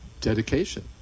dedication